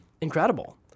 Incredible